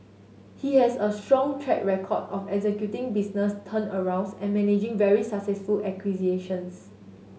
he has a strong track record of executing business turnarounds and managing very successful acquisitions